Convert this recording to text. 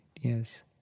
yes